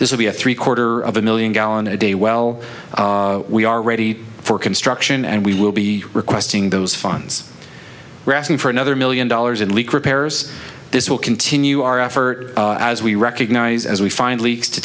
this will be a three quarter of a million gallon a day well we are ready for construction and we will be requesting those fines we're asking for another million dollars in leak repairs this will continue our effort as we recognize as we find leaks to